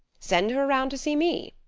send her around to see me.